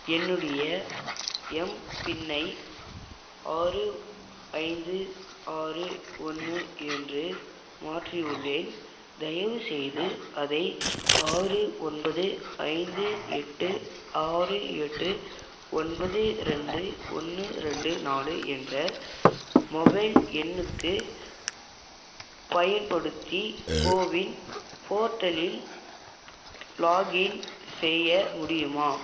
என்னுடைய எம்பின்னை ஆறு ஐந்து ஆறு ஒன்று என்று மாற்றியுள்ளேன் தயவுசெய்து அதை ஆறு ஒன்பது ஐந்து எட்டு ஆறு எட்டு ஒன்பது ரெண்டு ஒன்று ரெண்டு நாலு என்ற மொபைல் எண்ணுக்கு பயன்படுத்தி கோவின் போர்ட்டலில் லாக்இன் செய்ய முடியுமா